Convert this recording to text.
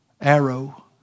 arrow